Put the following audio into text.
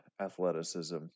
athleticism